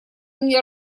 мне